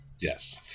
Yes